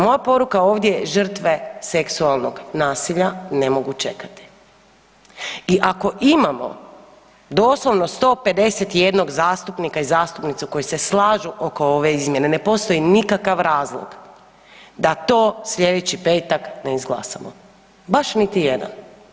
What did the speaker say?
Moja poruka ovdje žrtve seksualnog nasilja ne mogu čekati i ako imamo doslovno 151 zastupnika i zastupnicu koji se slažu oko ove izmjene, ne postoji nikakav razlog da to sljedeći petak ne izglasamo, baš niti jedan.